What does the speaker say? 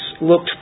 looked